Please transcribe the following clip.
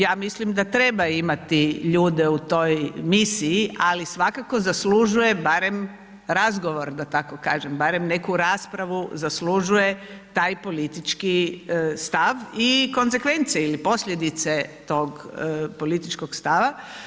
Ja mislim da treba imati ljude u toj misiji, ali svakako zaslužuje barem razgovor, da tako kažem, barem neku raspravu zaslužuje taj politički stav i konsekvence ili posljedice tog političkog stava.